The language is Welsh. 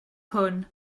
hwn